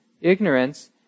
ignorance